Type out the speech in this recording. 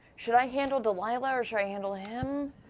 should i handle delilah, or should i handle him?